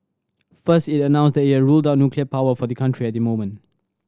first it announced that it had ruled out nuclear power for the country at the moment